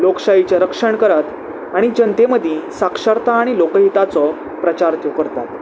लोकशायाहीचें रक्षण करात आनी जनते मदीं साक्षरता आनी लोकहिताचो प्रचार त्यो करतात